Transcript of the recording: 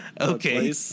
Okay